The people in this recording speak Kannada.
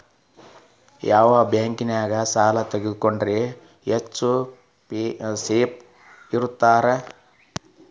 ಯಾವ ಬ್ಯಾಂಕಿನ ಸಾಲ ತಗೊಂಡ್ರೆ ಹೆಚ್ಚು ಸೇಫ್ ಇರುತ್ತಾ?